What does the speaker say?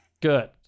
Good